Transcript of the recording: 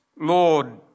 lord